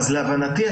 להבנתי,